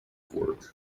work